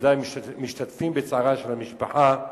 בוודאי משתתפים בצערה של המשפחה.